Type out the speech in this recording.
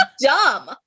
dumb